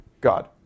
God